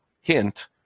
hint